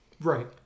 Right